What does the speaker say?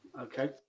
Okay